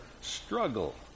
struggle